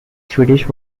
swedish